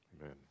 Amen